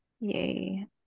Yay